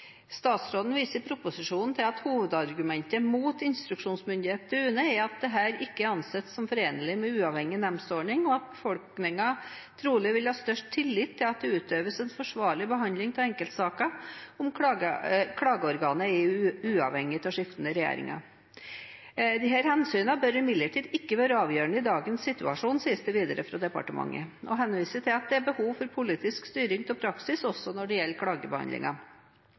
Statsråden viser i proposisjonen til at hovedargumentet mot instruksjonsmyndighet overfor UNE er at dette ikke anses som forenlig med en uavhengig nemndordning, og at befolkningen trolig vil ha størst tillit til at det utøves en forsvarlig behandling av enkeltsaker dersom klageorganet er uavhengig av skiftende regjeringer. Disse hensynene bør «imidlertid ikke være avgjørende i dagens situasjon», sies det videre fra departementet, og henviser til at det er «behov for politisk styring av praksis» også når det gjelder